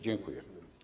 Dziękuję.